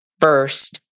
first